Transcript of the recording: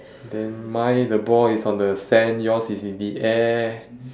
then mine the ball is on the sand yours is in the air